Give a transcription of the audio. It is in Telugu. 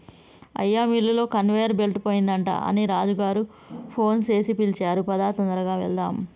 అయ్యా మిల్లులో కన్వేయర్ బెల్ట్ పోయిందట అని రాజు గారు ఫోన్ సేసి పిలిచారు పదా తొందరగా వెళ్దాము